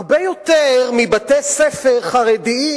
הרבה יותר מבתי-ספר חרדיים,